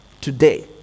Today